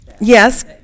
Yes